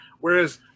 Whereas